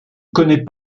connaît